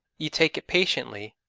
ye take it patiently,